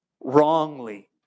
wrongly